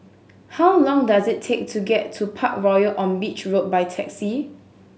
how long does it take to get to Parkroyal on Beach Road by taxi